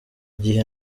gihe